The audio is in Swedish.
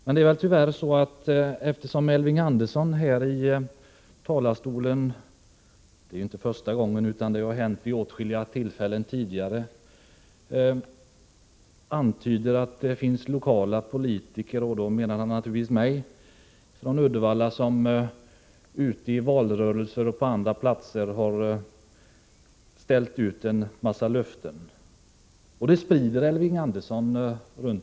Elving Andersson antyder tyvärr här i talarstolen — och det är inte första gången utan det har hänt vid åtskilliga tidigare tillfällen — att det finns lokala politiker från Uddevalla, och då menar han naturligtvis mig, som i valrörelser och vid andra tillfällen har ställt ut en mängd löften. Sådana uppfattningar sprider Elving Andersson.